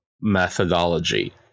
methodology